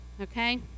okay